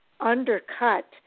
undercut